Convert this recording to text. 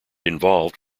involved